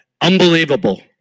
unbelievable